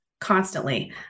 constantly